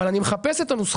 אבל אני מחפש את הנוסחה